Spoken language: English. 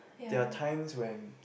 there are times when